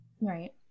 Right